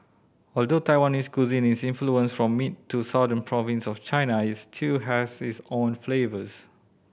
although Taiwanese cuisine is influenced from mid to southern province of China it still has its own flavours